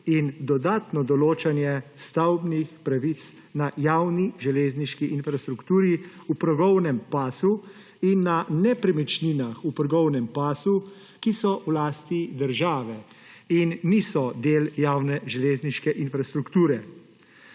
in dodatno določanje stavbnih pravic na javni železniški infrastrukturi v progovnem pasu in na nepremičninah v progovnem pasu, ki so v lasti države in niso del javne železniške infrastrukture.